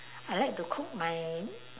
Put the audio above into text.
I like to cook my